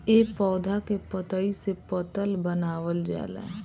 ए पौधा के पतइ से पतल बनावल जाला